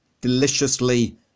deliciously